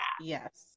Yes